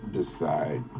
decide